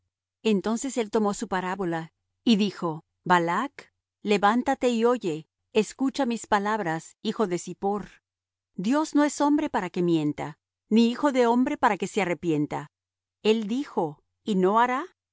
entonces él tomó su parábola y dijo balac levántate y oye escucha mis palabras hijo de zippor dios no es hombre para que mienta ni hijo de hombre para que se arrepienta el dijo y no hará